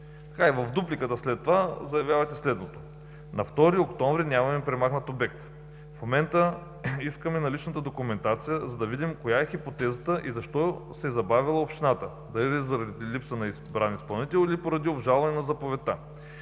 в дупликата след това заявявате следното: „На 2 октомври нямаме премахнат обект. В момента искаме наличната документация, за да видим коя е хипотезата и защо се е забавила общината – дали заради липса на избран изпълнител или поради обжалване на заповедта,